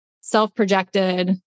self-projected